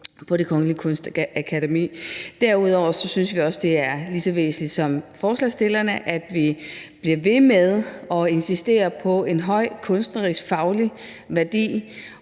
på Det Kongelige Danske Kunstakademi. Derudover synes vi også som forslagsstillerne, at det er lige så væsentligt, at vi bliver ved med at insistere på en høj kunstnerisk, faglig værdi,